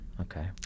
Okay